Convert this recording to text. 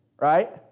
right